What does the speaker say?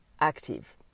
active